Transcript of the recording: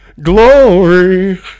Glory